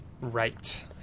right